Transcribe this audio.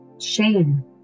shame